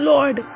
Lord